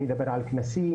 אני מדבר על כנסים,